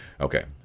Okay